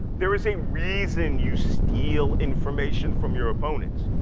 there is a reason you steal information from your opponents,